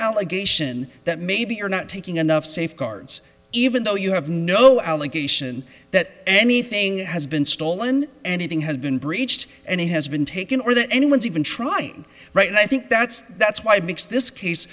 allegation that maybe you're not taking enough safeguards even though you have no allegation that anything has been stolen anything has been breached and he has been taken or that anyone's even trying right now i think that's that's why it makes this case